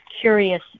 curious